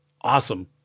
awesome